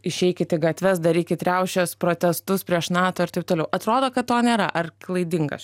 išeikit į gatves darykit riaušes protestus prieš nato ir taip toliau atrodo kad to nėra ar klaidingas